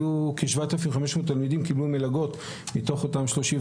כ-7,500 תלמידים קיבלו מלגות מתוך אותם